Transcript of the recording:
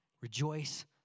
Rejoice